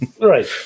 Right